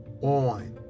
On